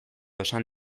esan